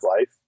life